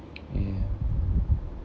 ya